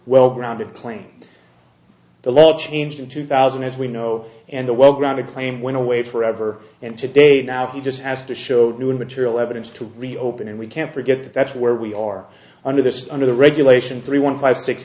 well grounded plane the law changed in two thousand as we know and the well grounded claim went away forever and today now he just has to show new material evidence to reopen and we can't forget that's where we are under the under the regulation three one five six